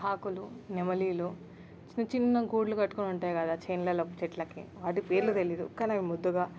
కాకులు నెమలులు చిన్న చిన్న గూళ్ళు కట్టుకొని ఉంటాయి కదా చేనులలో చెట్లకి వాటి పేర్లు తెలీదు కానీ అవి ముద్దుగా